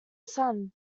son